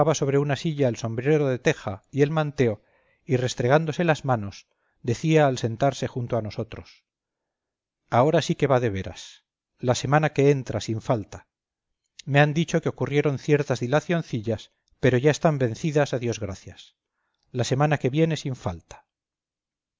sobre una silla el sombrero de teja y el manteo y restregándose las manos decía al sentarse junto a nosotros ahora sí que va de veras la semana que entra sin falta me han dicho que ocurrieron ciertas dilacioncillas pero ya están vencidas a dios gracias la semana que viene sin falta